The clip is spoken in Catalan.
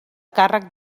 càrrec